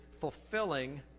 fulfilling